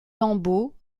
lambeaux